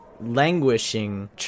languishing